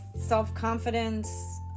self-confidence